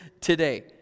today